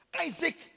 Isaac